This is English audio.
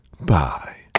Bye